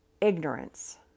ignorance